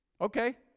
Okay